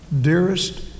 dearest